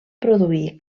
produí